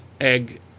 egg